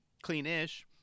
clean-ish